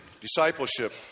discipleship